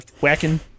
whacking